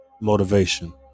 motivation